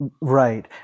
Right